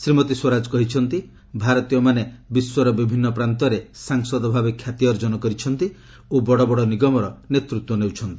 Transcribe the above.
ଶ୍ରୀମତୀ ସ୍ୱରାଜ କହିଛନ୍ତି ଭାରତୀୟମାନେ ବିଶ୍ୱର ବିଭିନ୍ନ ପ୍ରାନ୍ତରେ ସାଂସଦଭାବେ ଖ୍ୟାତି ଅର୍ଜନ କରିଛନ୍ତି ଓ ବଡ଼ ବଡ଼ ନିଗମର ନେତୃତ୍ୱ ନେଉଛନ୍ତି